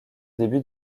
début